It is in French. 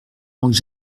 manque